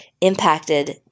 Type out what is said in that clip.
impacted